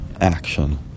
action